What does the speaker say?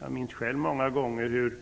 Jag minns själv hur